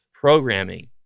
programming